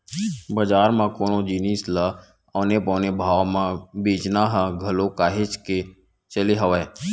बजार म कोनो जिनिस ल औने पौने भाव म बेंचना ह घलो काहेच के चले हवय